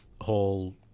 whole